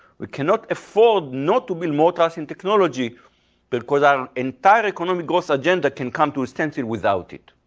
we cannot afford not to be more trusting technology because our entire economic goals agenda can come to a standstill without it.